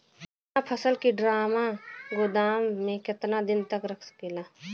अपना फसल की ड्रामा गोदाम में कितना दिन तक रख सकीला?